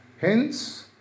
Hence